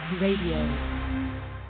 Radio